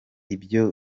ibyo